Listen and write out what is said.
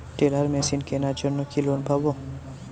Teller machine কেনার জন্য কি লোন পাব?